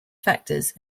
factors